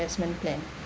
investment plan